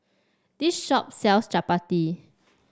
this shop sells Chapati